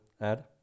add